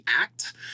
act